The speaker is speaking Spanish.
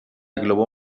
globo